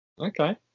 Okay